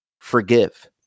forgive